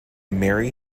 mary